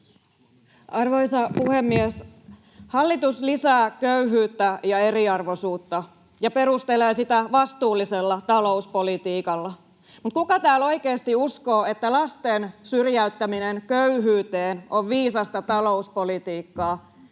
Arvoisa puhemies! Hallitus lisää köyhyyttä ja eriarvoisuutta ja perustelee sitä vastuullisella talouspolitiikalla, mutta kuka täällä oikeasti uskoo, että lasten syrjäyttäminen köyhyyteen on viisasta talouspolitiikkaa